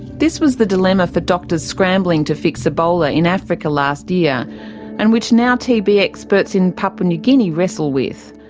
this was the dilemma for doctors scrambling to fix ebola in africa last year and which now tb experts in papua new guinea wrestle with.